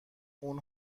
اون